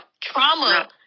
trauma